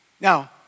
Now